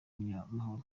umunyamahoro